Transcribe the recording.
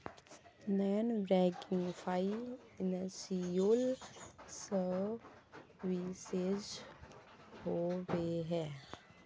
Non banking financial services होबे है?